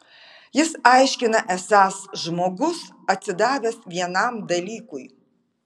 jis aiškina esąs žmogus atsidavęs vienam dalykui